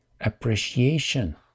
Appreciation